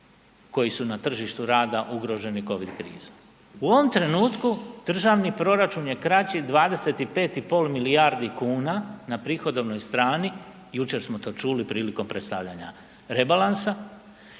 koji su na tržištu rada ugroženi COVID krizom. U ovom trenutku državni proračun je kraći 25,5 milijardi kuna na prihodovnoj strani, jučer smo to čuli prilikom predstavljanja rebalansa